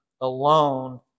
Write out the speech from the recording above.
alone